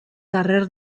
carrer